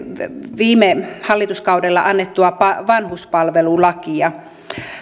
viime hallituskaudella annettua vanhuspalvelulakia